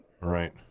Right